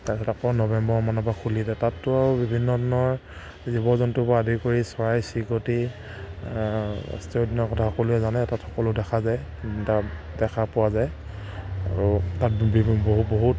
তাৰপিছত আকৌ নৱেম্বৰ মানৰ পৰা খুলি যায় তাতো আৰু বিভিন্ন ধৰণৰ জীৱ জন্তুবোৰ আদি কৰি চৰাই চিৰিকটি ৰাষ্ট্ৰীয় উদ্যানৰ কথা সকলোৱে জানেই তাত সকলো দেখা যায় তাত দেখা পোৱা যায় আৰু তাত বহুত